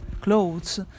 clothes